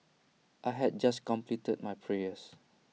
I had just completed my prayer